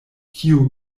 kiu